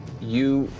you